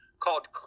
called